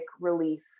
relief